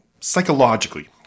psychologically